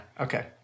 okay